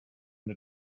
and